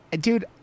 Dude